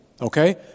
Okay